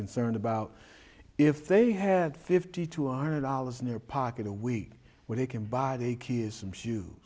concerned about if they have fifty to honor dollars in their pocket a week where they can buy the kids some sho